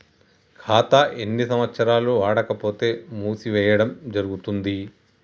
ఖాతా ఎన్ని సంవత్సరాలు వాడకపోతే మూసివేయడం జరుగుతుంది?